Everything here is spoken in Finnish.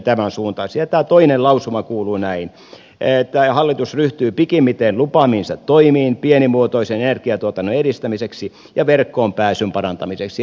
tämä toinen lausuma kuuluu että hallitus ryhtyy pikimmiten lupaamiinsa toimiin pienimuotoisen energiatuotannon edistämiseksi ja verkkoon pääsyn parantamiseksi